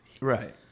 Right